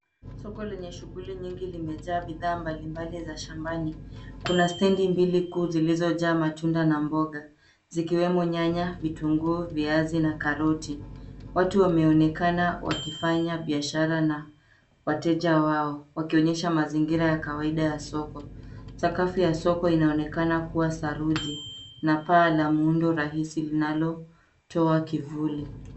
Soko lenye shughuli nyingi limejaa bidhaa mbalimbali za shambani. Kuna stendi mbili kuu zilizojaa matunda na mboga zikiwemo nyanya, vitunguu, viazi na karoti. Watu wameonekana wakifanya biashara na wateja wao wakionyesha mazingira ya kawaida ya soko. Sakafu ya soko inaonekana kuwa saruji na paa la muundo rahisi linalo toa kivuli.